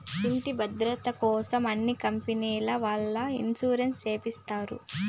ఇంటి భద్రతకోసం అన్ని కంపెనీల వాళ్ళు ఇన్సూరెన్స్ చేపిస్తారు